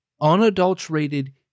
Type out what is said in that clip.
unadulterated